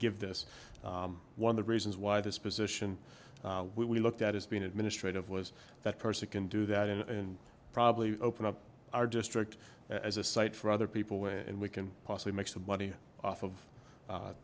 give this one the reasons why this position we looked at as being administrative was that person can do that and probably open up our district as a site for other people and we can possibly make some money off of